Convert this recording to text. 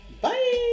bye